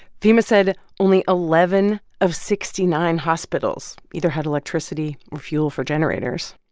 fema said only eleven of sixty nine hospitals either had electricity or fuel for generators.